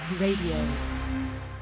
Radio